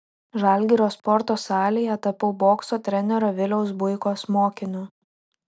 žalgirio sporto salėje tapau bokso trenerio viliaus buikos mokiniu